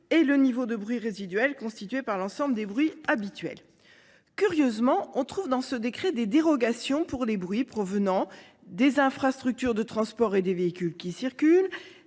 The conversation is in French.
et le niveau de bruit résiduel constitué par l'ensemble des bruits habituels. Curieusement, on trouve dans ce décret des dérogations pour les bruits provenant des infrastructures de transport et des véhicules qui circulent,